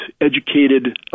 educated